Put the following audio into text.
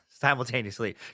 simultaneously